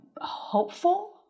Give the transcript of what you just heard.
hopeful